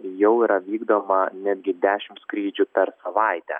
jau yra vykdoma netgi dešim skrydžių per savaitę